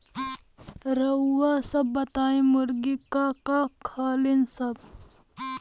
रउआ सभ बताई मुर्गी का का खालीन सब?